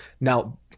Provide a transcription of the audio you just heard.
Now